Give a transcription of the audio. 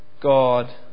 God